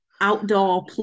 outdoor